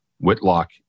Whitlock